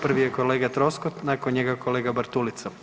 Prvi je kolega Troskot, nakon njega kolega Bartulica.